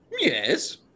Yes